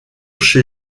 chez